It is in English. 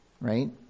right